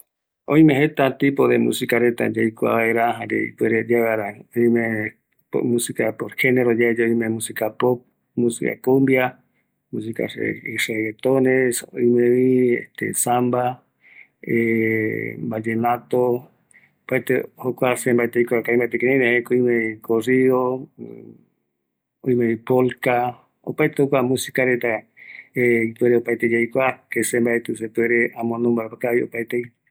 Opako aipo vi jeta apiraipeguareta oyoavi, pop, cumbia. Ballenato, zamba, rancheras, tango, chacarera, cueca, polka